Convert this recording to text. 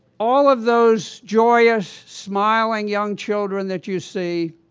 all of those joyous, smiling young children that you see,